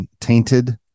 tainted